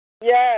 Yes